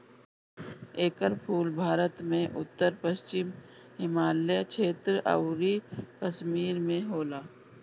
एकर फूल भारत में उत्तर पश्चिम हिमालय क्षेत्र अउरी कश्मीर में होला